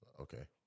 Okay